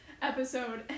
Episode